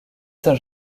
saint